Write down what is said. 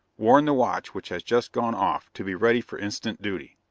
warn the watch which has just gone off to be ready for instant duty.